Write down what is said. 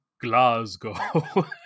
Glasgow